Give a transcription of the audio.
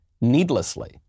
needlessly